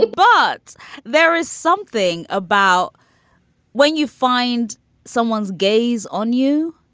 but there is something about when you find someone's gaze on you,